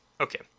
Okay